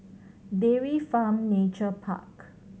Dairy Farm Nature Park